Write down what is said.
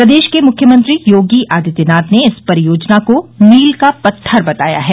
प्रदेश के मुख्यमंत्री योगी आदित्यनाथने इस परियोजना को मील का पत्थर बताया है